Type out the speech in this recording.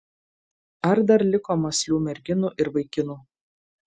ar dar liko mąslių merginų ir vaikinų